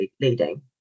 leading